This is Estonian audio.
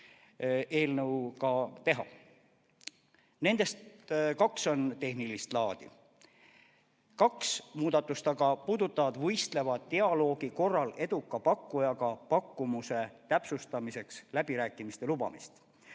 Muudatustest kaks on tehnilist laadi, kaks aga puudutavad võistleva dialoogi korral eduka pakkujaga pakkumuse täpsustamiseks läbirääkimiste lubamist,